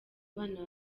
abana